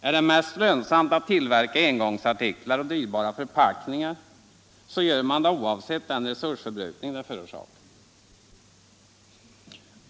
Är det mest lönsamt att tillverka engångsartiklar och dyrbara förpackningar så gör man det, oavsett den resursförbrukning det förorsakar.